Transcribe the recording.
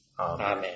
Amen